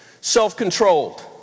Self-controlled